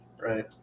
right